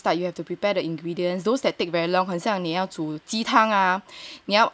start you have to prepare the ingredients those that take very long 很像你要煮鸡汤